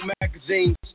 magazines